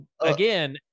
again